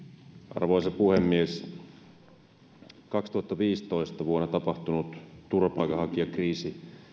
arvoisa puhemies vuonna kaksituhattaviisitoista tapahtunut turvapaikanhakijakriisi